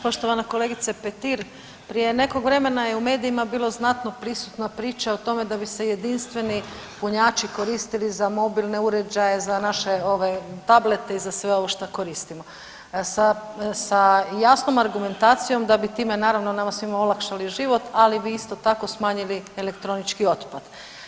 Poštovana kolegice Petir prije nekog vremena je u medijima bilo znatno prisutna priča o tome da bi se jedinstveni punjači koristili za mobilne uređaje, za naše tablete i za sve ovo što koristimo sa jasnom argumentacijom da bi time naravno nama svima olakšali život ali bi isto tako smanjili elektronički otpad.